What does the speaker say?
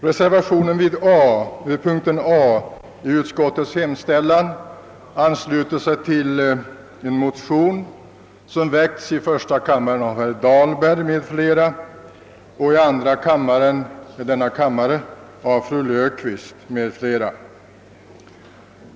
Reservationen vid punkten A i utskottets hemställan ansluter sig till ett motionspar som väckts i första kammaren av herr Dahlberg m.fl. och i denna kammare av fru Löfqvist m.fl.